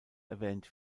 erwähnt